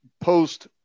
post